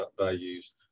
values